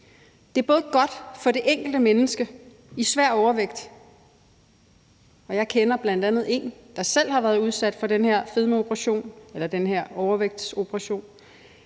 Det er godt for det enkelte menneske med svær overvægt. Jeg kender bl.a. en, der selv har været udsat for den her fedmeoperation eller overvægtsoperation.